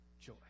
joy